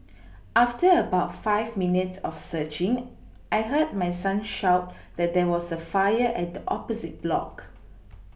after about five minutes of searching I heard my son shout that there was a fire at the opposite block